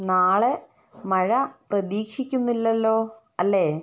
നാളെ മഴ പ്രതീക്ഷിക്കുന്നില്ലല്ലോ അല്ലേ